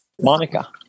Monica